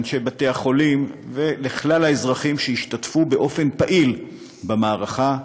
לאנשי בתי-החולים ולכלל האזרחים שהשתתפו באופן פעיל במערכה,